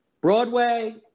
Broadway